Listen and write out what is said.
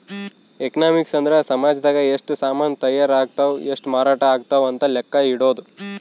economics ಅಂದ್ರ ಸಾಮಜದಾಗ ಎಷ್ಟ ಸಾಮನ್ ತಾಯರ್ ಅಗ್ತವ್ ಎಷ್ಟ ಮಾರಾಟ ಅಗ್ತವ್ ಅಂತ ಲೆಕ್ಕ ಇಡೊದು